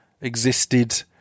existed